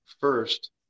first